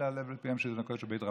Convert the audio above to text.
אלא על הבל פיהם של תינוקות של בית רבן.